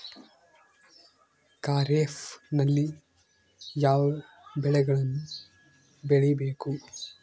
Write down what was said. ಖಾರೇಫ್ ನಲ್ಲಿ ಯಾವ ಬೆಳೆಗಳನ್ನು ಬೆಳಿಬೇಕು?